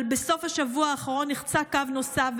אבל בסוף השבוע האחרון נחצה קו נוסף,